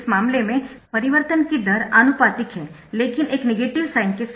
इस मामले में परिवर्तन की दर आनुपातिक है लेकिन एक नेगेटिव साइन के साथ